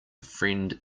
friend